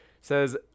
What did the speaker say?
says